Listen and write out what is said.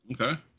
Okay